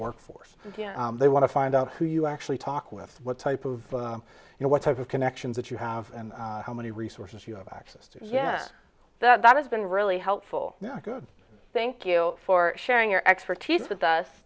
workforce they want to find out who you actually talk with what type of you know what type of connections that you have and how many resources you have access to yes that has been really helpful thank you for sharing your expertise with us